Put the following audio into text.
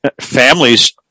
families